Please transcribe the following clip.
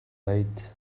late